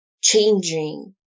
changing